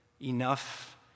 Enough